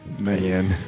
man